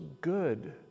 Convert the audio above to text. good